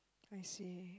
I see